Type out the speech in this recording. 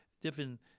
different